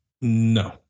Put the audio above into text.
No